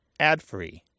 adfree